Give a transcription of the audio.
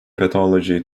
pathology